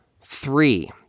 Three